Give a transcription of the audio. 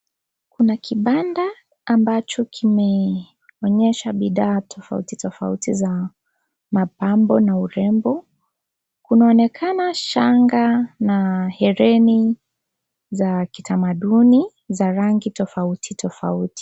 Kuna kibanda ambacho kimeonyesha bidhaa tofauti tofauti za mapambo na urembo, kunaonekana shanga na hereni za kitamaduni za rangi tofauti tofauti.